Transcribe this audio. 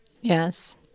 Yes